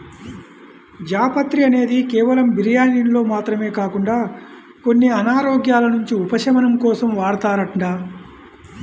జాపత్రి అనేది కేవలం బిర్యానీల్లో మాత్రమే కాకుండా కొన్ని అనారోగ్యాల నుంచి ఉపశమనం కోసం వాడతారంట